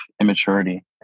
immaturity